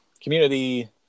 Community